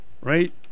right